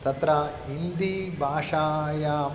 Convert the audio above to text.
तत्र हिन्दीभाषायां